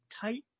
tight